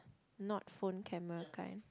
not phone camera kinds